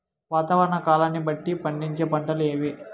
వాతావరణ కాలాన్ని బట్టి పండించే పంటలు ఏవి?